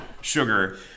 sugar